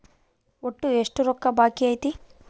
ಒಟ್ಟು ಎಷ್ಟು ರೊಕ್ಕ ಬಾಕಿ ಐತಿ?